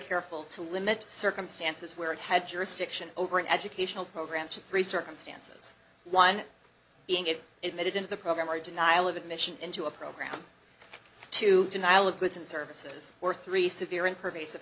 careful to limit circumstances where it had jurisdiction over an educational program to three circumstances one being it it made it into the program or denial of admission into a program to denial of goods and services or three severe and pervasive